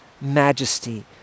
majesty